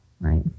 Right